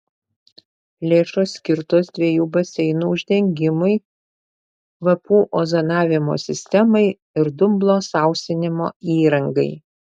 lėšos skirtos dviejų baseinų uždengimui kvapų ozonavimo sistemai ir dumblo sausinimo įrangai